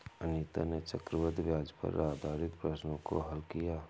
अनीता ने चक्रवृद्धि ब्याज पर आधारित प्रश्नों को हल किया